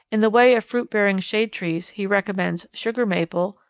in the way of fruit-bearing shade trees he recommends sugar maple,